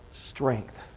strength